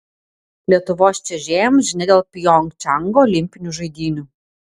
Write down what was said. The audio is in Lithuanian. lietuvos čiuožėjams žinia dėl pjongčango olimpinių žaidynių